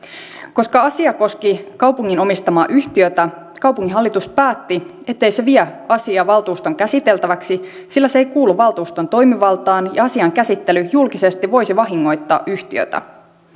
koska asia koski kaupungin omistamaa yhtiötä kaupunginhallitus päätti ettei se vie asiaa valtuuston käsiteltäväksi sillä se ei kuulu valtuuston toimivaltaan ja asian käsittely julkisesti voisi vahingoittaa yhtiötä